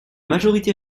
majorité